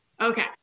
Okay